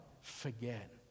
forget